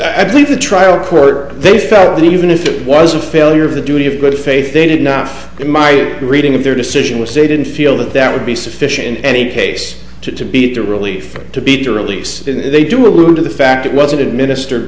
that i believe the trial court they felt that even if it was a failure of the duty of good faith they did not in my reading of their decision was they didn't feel that that would be sufficient in any case to be to relief to be to release and they do allude to the fact it wasn't administered